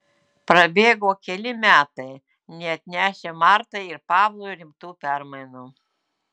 prabėgo keli metai neatnešę martai ir pavlui rimtų permainų